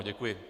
Děkuji.